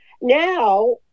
Now